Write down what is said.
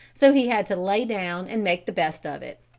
so he had to lay down and make the best of it.